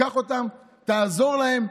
קח אותם, תעזור להם.